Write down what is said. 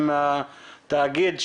עם התאגיד שהוא,